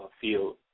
field